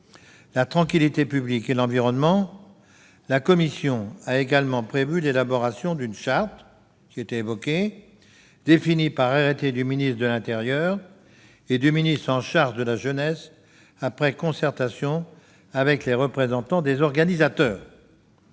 la tranquillité publique et l'environnement, la commission a également prévu l'élaboration d'une charte, dont le contenu sera défini par arrêté du ministre de l'intérieur et du ministre chargé de la jeunesse après concertation avec les représentants des organisateurs.